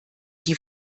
die